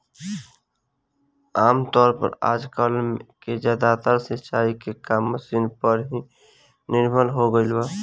आमतौर पर आजकल के ज्यादातर सिंचाई के काम मशीन पर ही निर्भर हो गईल बा